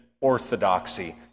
orthodoxy